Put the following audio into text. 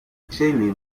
uccelli